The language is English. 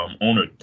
owner